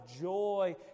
joy